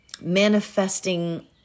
manifesting